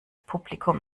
publikum